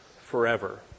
forever